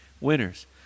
winners